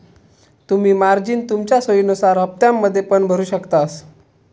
तुम्ही मार्जिन तुमच्या सोयीनुसार हप्त्त्यांमध्ये पण भरु शकतास